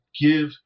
give